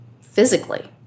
physically